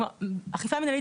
אכיפה מנהלית,